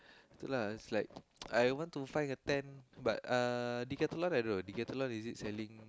ya lah I want to find a tent but uh Decathlon I don't know Decathlon is it selling